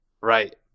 right